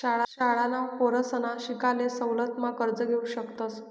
शाळांना पोरसना शिकाले सवलत मा कर्ज घेवू शकतस